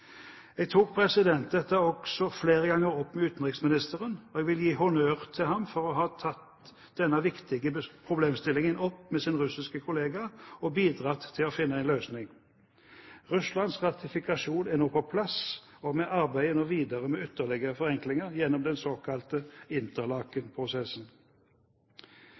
flere ganger dette opp med utenriksministeren, og jeg vil gi ham honnør for å ha tatt denne viktige problemstillingen opp med sin russiske kollega og bidratt til å finne en løsning. Russlands ratifikasjon er nå på plass, og vi arbeider videre med ytterligere forenklinger gjennom den såkalte